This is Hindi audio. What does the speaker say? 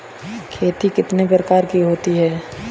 खेती कितने प्रकार की होती है?